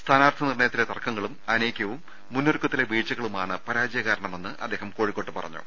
സ്ഥാനാർത്ഥി നിർണയങ്ങളിലെ തർക്ക ങ്ങളും അനൈകൃവും മുന്നൊരുക്കത്തിലെ വീഴ്ചകളു മാണ് പരാജയ കാരണമെന്ന് അദ്ദേഹം കോഴിക്കോട് പറ ഞ്ഞു